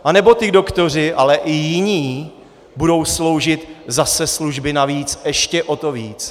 Anebo ti doktoři, ale i jiní, budou sloužit zase služby navíc ještě o to víc?